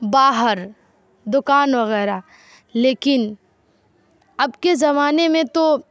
باہر دکان وغیرہ لیکن اب کے زمانے میں تو